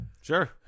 Sure